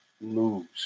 lose